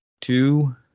two